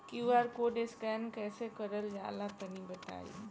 QR code scan कैसे क़रल जला तनि बताई?